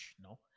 no